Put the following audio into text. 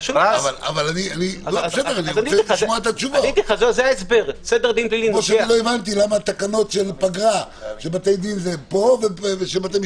לא הבנתי גם למה תקנות פגרה של בתי דין זה פה,